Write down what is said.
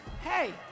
Hey